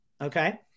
Okay